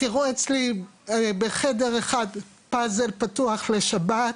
תראו אצלי בחדר אחד פאזל פתוח לשבת,